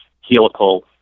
helical